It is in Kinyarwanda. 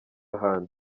ahandi